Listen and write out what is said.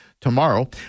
tomorrow